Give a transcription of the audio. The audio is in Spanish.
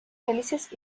felices